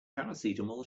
paracetamol